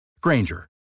Granger